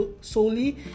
solely